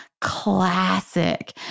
Classic